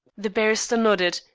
the barrister nodded,